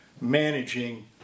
managing